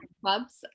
clubs